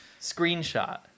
screenshot